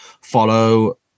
follow